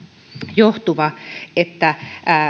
johtuva että